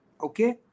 Okay